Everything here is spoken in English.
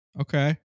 Okay